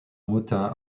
motin